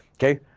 okay?